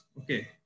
Okay